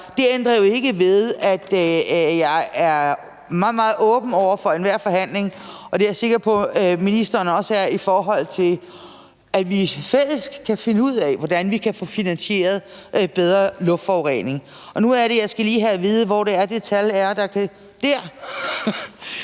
det ændrer jo ikke ved, at jeg er meget, meget åben over for enhver forhandling, og det er jeg sikker på ministeren også er, i forhold til at vi i fællesskab kan finde ud af, hvordan vi kan få finansieret bedre tiltag mod luftforurening. Og nu er det, at jeg lige skal have at vide, hvor det tal er, der viser,